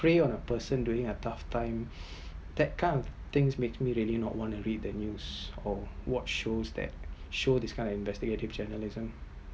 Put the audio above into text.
prey on the person during a tough time that kind of things make me really not want read the news or watch shows that show this kind of investigative journalism